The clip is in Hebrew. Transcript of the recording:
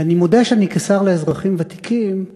ואני מודה שאני, כשר לאזרחים ותיקים,